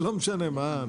זה לא משנה מה,